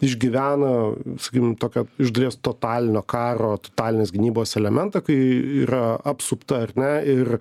išgyvena sakykim tokio iš dalies totalinio karo totalinės gynybos elementą kai yra apsupta ar ne ir